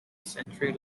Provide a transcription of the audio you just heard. century